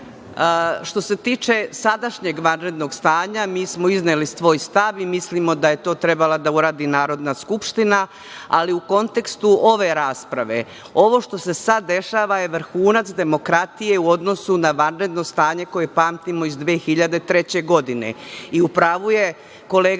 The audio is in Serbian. Što se tiče sadašnjeg vanrednog stanja mi smo izneli svoj stav i mislimo da je to trebala da uradi Narodna Skupština, ali u kontekstu ove rasprave - ovo što se sada dešava je vrhunac demokratije u odnosu na vanredno stanje koje pamtimo iz 2003. godine. I u pravu je kolega